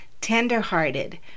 tenderhearted